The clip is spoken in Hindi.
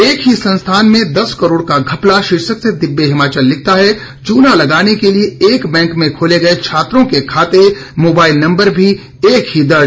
एक ही संस्थान में दस करोड़ का घपला शीर्षक से दिव्य हिमाचल लिखता है चूना लगाने के लिये एक बैंक में खोले गए छात्रों के खाते मोबाईल नंबर भी एक ही दर्ज